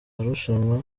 marushanwa